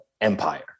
empire